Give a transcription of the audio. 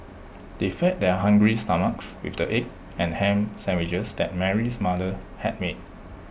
they fed their hungry stomachs with the egg and Ham Sandwiches that Mary's mother had made